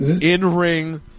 in-ring –